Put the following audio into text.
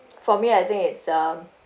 for me I think it's um